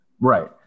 Right